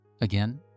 Again